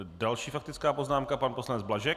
Další faktická poznámka, pan poslanec Blažek.